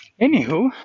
Anywho